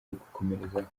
gukomerezaho